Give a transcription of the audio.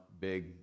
Big